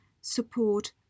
support